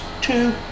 two